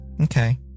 Okay